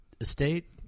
estate